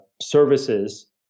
services